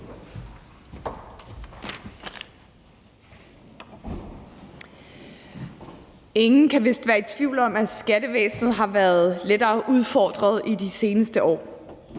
Ingen kan vist være i tvivl om, at skattevæsenet har været lettere udfordret i de seneste år.